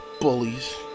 bullies